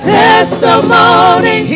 testimony